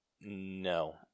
No